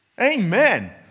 Amen